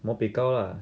mopiko lah